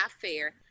fair